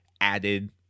added